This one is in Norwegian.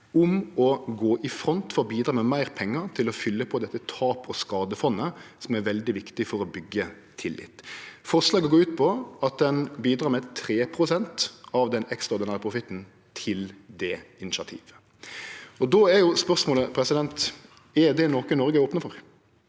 om å gå i front for å bidra med meir pengar til å fylle på dette taps- og skadefondet, som er veldig viktig for å byggje tillit. Forslaget går ut på at ein bidrar med 3 pst. av den ekstraordinære profitten til det initiativet. Då er spørsmålet: Er det noko Noreg er ope for?